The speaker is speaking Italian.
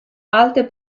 alte